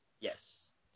Yes